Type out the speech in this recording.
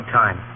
time